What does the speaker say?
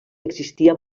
existia